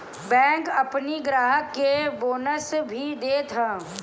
bank अपनी ग्राहक के बोनस भी देत हअ